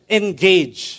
engage